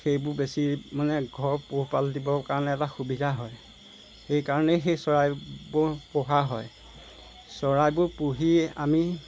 সেইবোৰ বেছি মানে ঘৰ পোহপাল দিবৰ কাৰণে এটা সুবিধা হয় সেইকাৰণেই সেই চৰাইবোৰ পোহা হয় চৰাইবোৰ পুহি আমি